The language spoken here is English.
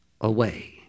away